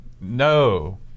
No